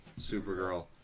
Supergirl